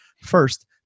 First